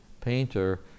painter